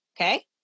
Okay